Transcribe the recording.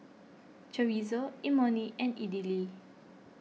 Chorizo Imoni and Idili